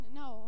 no